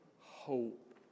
hope